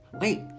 Wait